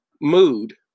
mood